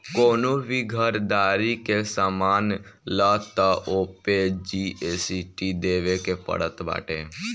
कवनो भी घरदारी के सामान लअ तअ ओपे जी.एस.टी देवे के पड़त बाटे